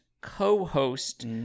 co-host